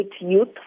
youth